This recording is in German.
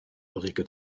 ulrike